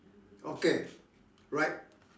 okay right